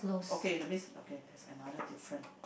okay that's mean okay there's another different